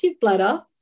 bladder